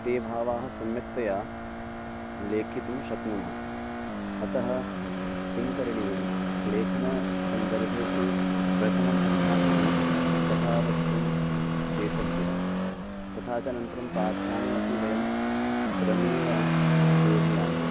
ते भावाः सम्यक्तया लेखितुं शक्नुमः अतः किं करणीयं लेखनसन्दर्भे तु प्रथमम् अस्माभिः कथावस्तु चेतव्यं तथा च अनन्तरं पात्राणि अपि वयं क्रमेण योजयामः